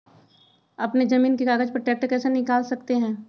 अपने जमीन के कागज पर ट्रैक्टर कैसे निकाल सकते है?